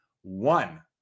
one